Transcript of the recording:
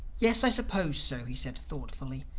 yes, i suppose so, he said thoughtfully.